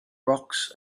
rocks